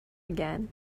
again